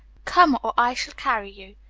come, or i shall carry you!